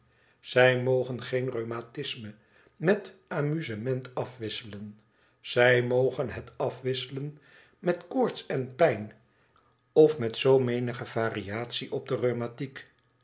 zij mogen geen rheumatisme met amusement afwisselen zij mogen het afwisselen met koorts en pijn of met zoo menige variatie op de